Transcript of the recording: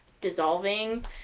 dissolving